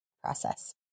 process